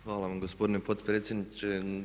Hvala vam gospodine potpredsjedniče.